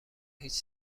هیچ